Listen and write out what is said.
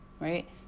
right